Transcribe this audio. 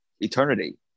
eternity